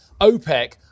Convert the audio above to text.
OPEC